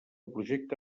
projecte